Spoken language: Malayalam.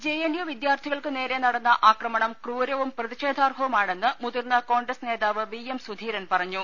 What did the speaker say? ജെ എൻ യു വിദ്യാർത്ഥികൾക്കു നേരെ നടന്ന ആക്രമണം ക്രൂരവും പ്രതിഷേധാർഹവുമാണെന്ന് മുതിർന്ന് കോൺഗ്രസ് നേതാവ് വി എം സുധീരൻ പറഞ്ഞു